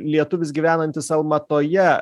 lietuvis gyvenantis almatoje